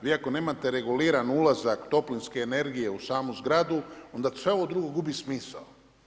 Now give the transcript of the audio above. Vi ako nemate reguliran ulazak toplinske energije u samu zgradu, onda sve ovo drugo gubi smisao.